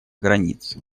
границ